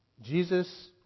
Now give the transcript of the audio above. Jesus